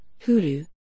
Hulu